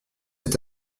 est